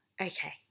okay